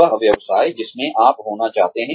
वह व्यवसाय जिसमें आप होना चाहते हैं